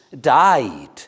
died